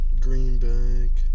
Greenback